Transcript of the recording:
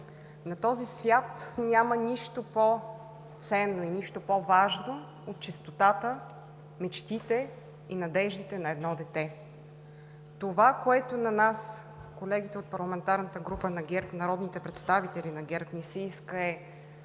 На този свят няма нищо по-ценно, нищо по-важно от чистотата, мечтите и надеждите на едно дете. Това, което на нас, колегите от парламентарната група на ГЕРБ и народните представители на ГЕРБ, ни се иска, е